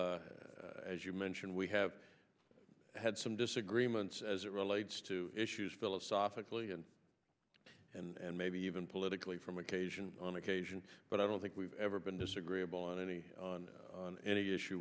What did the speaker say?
while as you mentioned we have had some disagreements as it relates to issues philosophically and and maybe even politically from occasion on occasion but i don't think we've ever been disagreeable on any on any issue